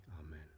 amen